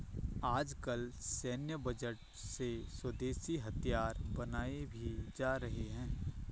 आजकल सैन्य बजट से स्वदेशी हथियार बनाये भी जा रहे हैं